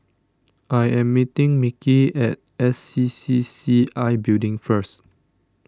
I am meeting Mickey at S C C C I Building first